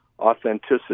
authenticity